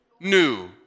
new